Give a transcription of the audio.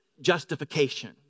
justification